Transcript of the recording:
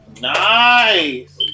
nice